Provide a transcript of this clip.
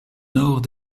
nord